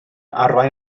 arwain